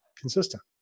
consistent